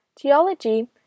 Geology